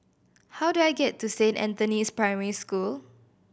how do I get to Saint Anthony's Primary School